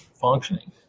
functioning